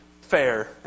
fair